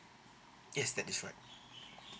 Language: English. yes that is right